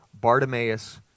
Bartimaeus